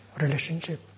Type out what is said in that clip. relationship